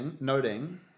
noting